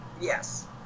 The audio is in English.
Yes